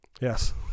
yes